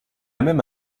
même